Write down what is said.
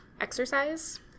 exercise